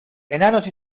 enanos